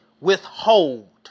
withhold